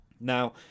Now